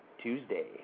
Tuesday